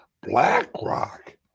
BlackRock